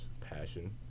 passion